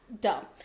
dumb